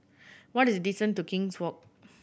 what is the distance to King's Walk